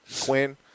Quinn